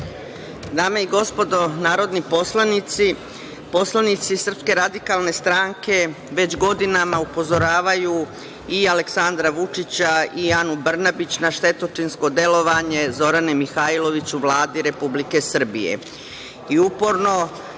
Dame i gospodo narodni poslanici, poslanici SRS već godinama upozoravaju i Aleksandra Vučića i Anu Brnabić na štetočinsko delovanje Zorane Mihajlović u Vladi Republike Srbije.